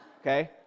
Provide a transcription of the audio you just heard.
okay